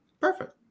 perfect